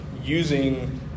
using